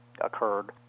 occurred